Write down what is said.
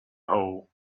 hole